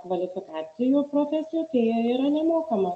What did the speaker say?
kvalifikacijų profesijų tai jie yra nemokama